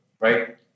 right